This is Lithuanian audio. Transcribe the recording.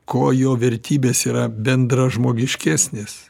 kuo jo vertybės yra bendražmogiškesnės